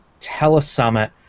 telesummit